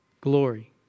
glory